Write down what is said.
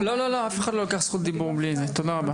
תודה רבה.